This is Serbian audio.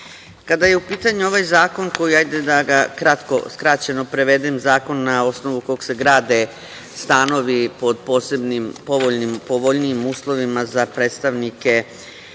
Kada je u pitanju ovaj zakon, koji hajde da ga kratko, skraćeno prevedem, zakon na osnovu koga se grade stanovi pod posebnim povoljnijim uslovima za predstavnike